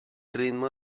ritmo